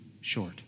short